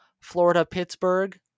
Florida-Pittsburgh